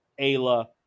Ayla